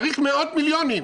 צריך מאות מיליונים.